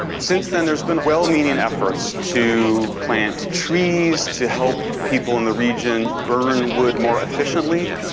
since then, there's been well-meaning efforts to plant trees, to help people in the region burn wood more efficiently,